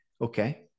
Okay